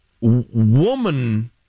Woman